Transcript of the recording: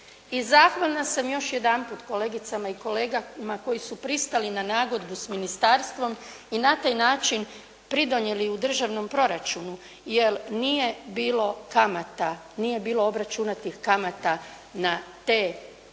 zahvalna sam još jedanput kolegicama i kolegama koji su pristali na nagodbu s ministarstvom i na taj način pridonijeli u državnom proračunu jer nije bilo kamata, nije bilo